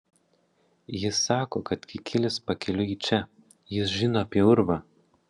jis sako kad kikilis pakeliui į čia jis žino apie urvą